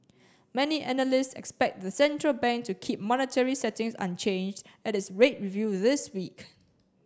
many analysts expect the central bank to keep monetary settings unchanged at its rate review this week